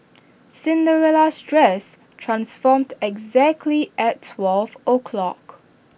Cinderella's dress transformed exactly at twelve o' clock